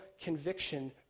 conviction